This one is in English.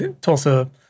Tulsa